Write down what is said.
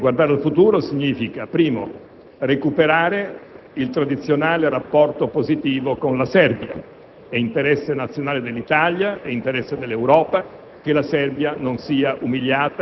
Per quanto riguarda il Kosovo, ho sentito in questo dibattito, sia in Aula che in Commissione, e alla Camera, tante preoccupazioni fondate, certamente,